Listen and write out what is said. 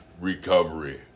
recovery